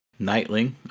Nightling